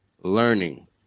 learning